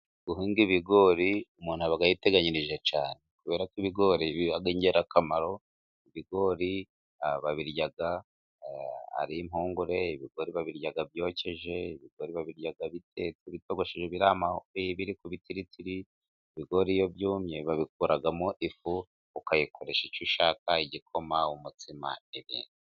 Guhinga ibigori, umuntu aba yiteganyirije cyane Kubera ko ibigori biba ingirakamaro, kubera ko ibigori babirya ari impungure, babirya byokeje, babirya biri ku bitiritiri, ibigori iyo byumye babikuramo ifu ukayikoresha icyo ushaka, igikoma, umutsima, n'ibindi.